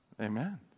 Amen